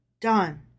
Done